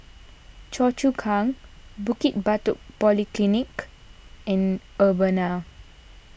Choa Chu Kang Bukit Batok Polyclinic and Urbana